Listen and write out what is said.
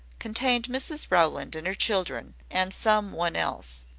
contained mrs rowland and her children, and some one else.